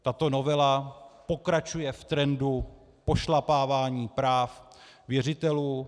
Tato novela pokračuje v trendu pošlapávání práv věřitelů.